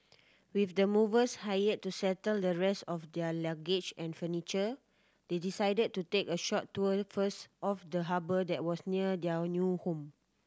with the movers hired to settle the rest of their luggage and furniture they decided to take a short tour first of the harbour that was near their new home